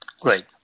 Great